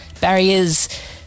Barriers